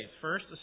First